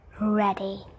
ready